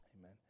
Amen